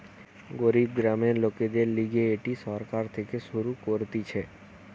গরিব গ্রামের লোকদের লিগে এটি সরকার থেকে শুরু করতিছে